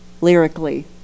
lyrically